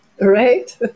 Right